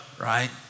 right